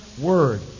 word